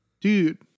Dude